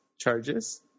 charges